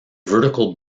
vertical